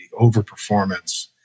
overperformance